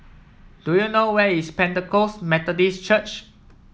do you know where is Pentecost Methodist Church